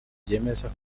byemeza